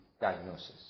diagnosis